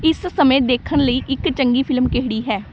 ਇਸ ਸਮੇਂ ਦੇਖਣ ਲਈ ਇੱਕ ਚੰਗੀ ਫਿਲਮ ਕਿਹੜੀ ਹੈ